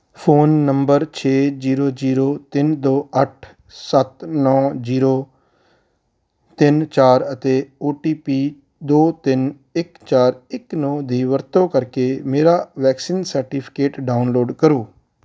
phone number ਛੇ zero zero ਤਿੰਨ ਦੋ ਅੱਠ ਸੱਤ ਨੌ ਜੀਰੋ ਤਿੰਨ ਚਾਰ ਅਤੇ ਓ ਟੀ ਪੀ ਦੋ ਤਿੰਨ ਇੱਕ ਚਾਰ ਇੱਕ ਨੌ ਦੀ ਵਰਤੋਂ ਕਰਕੇ ਮੇਰਾ ਵੈਕਸੀਨ ਸਰਟੀਫਿਕੇਟ ਡਾਊਨਲੋਡ ਕਰੋ